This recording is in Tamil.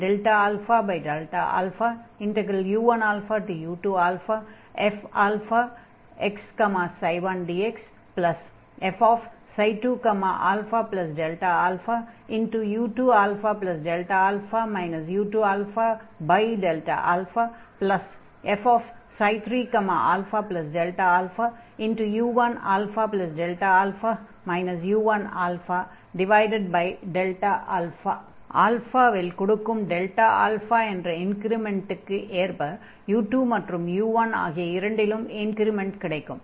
ΔΦ αΔα αu1u2fx1dxf2αΔαu2αΔα u2 αf3αΔαu1αΔα u1 α இல் கொடுக்கும் டெல்டா ஆல்ஃபா Δα என்ற இன்க்ரிமென்ட்டுக்கு ஏற்ப u2 மற்றும் u1 ஆகிய இரண்டிலும் இன்க்ரிமெண்ட் கிடைக்கும்